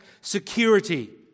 security